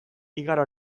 igaro